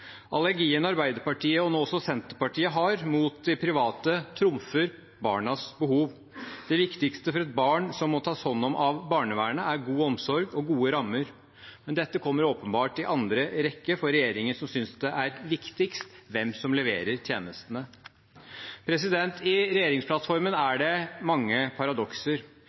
Allergien Arbeiderpartiet – og nå også Senterpartiet – har mot de private, trumfer barnas behov. Det viktigste for et barn som må tas hånd om av barnevernet, er god omsorg og gode rammer, men dette kommer åpenbart i andre rekke for regjeringen, som synes det er viktigst hvem som leverer tjenestene. I regjeringsplattformen er det mange paradokser.